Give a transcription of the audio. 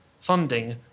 funding